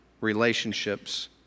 relationships